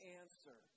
answer